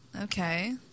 Okay